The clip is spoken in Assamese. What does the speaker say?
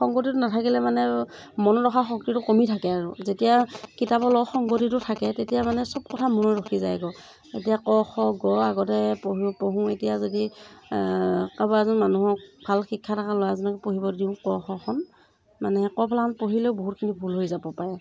সংগতিটো নাথাকিলে মানে মনত ৰখা শক্তিটো কমি থাকে আৰু যেতিয়া কিতাপৰ লগত সংগতিটো থাকে তেতিয়া মানে চব কথা মনত ৰখি যায়গৈ এতিয়া ক খ গ আগতে পঢ়োঁ পঢ়োঁ এতিয়া যদি ক'ৰবাৰ এজন মানুহক ভাল শিক্ষা থকা ল'ৰা এজনক পঢ়িব দিওঁ যদি ক খ খন মানে ক ফলাখন পঢ়িলেও বহুতখিনি ভুল হৈ যাব পাৰে